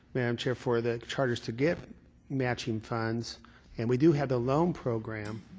madam chair, for the charters to get matching funds and we do have the loan program,